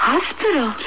Hospital